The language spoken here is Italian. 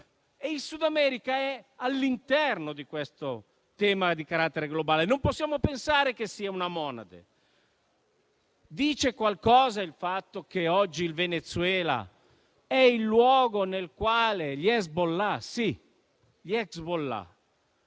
Il Sud America è all'interno di questo tema di carattere globale e non possiamo pensare che sia una monade. Dice qualcosa il fatto che oggi il Venezuela è il luogo nel quale gli Hezbollah - sì, gli Hezbollah